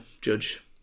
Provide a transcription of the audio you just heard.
judge